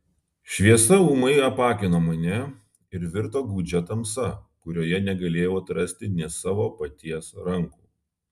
šviesa ūmai apakino mane ir virto gūdžia tamsa kurioje negalėjau atrasti nė savo paties rankų